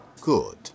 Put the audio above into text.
good